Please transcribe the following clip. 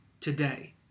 today